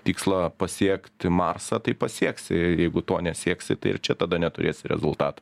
tikslą pasiekti marsą tai pasieksi jeigu to nesieksi tai ir čia tada neturėsi rezultatų